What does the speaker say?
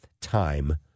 time